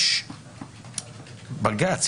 יש בג"צ,